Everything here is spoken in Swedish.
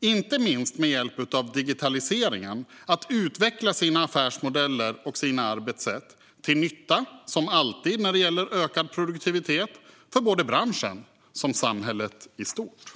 inte minst med hjälp av digitaliseringen utveckla sina affärsmodeller och arbetssätt till nytta, som alltid när det gäller ökad produktivitet, för både branschen och samhället i stort.